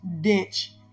ditch